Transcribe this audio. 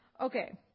Okay